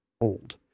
old